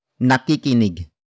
nakikinig